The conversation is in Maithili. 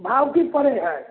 भाव कि पड़ै हइ